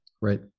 Right